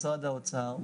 משרד האוצר,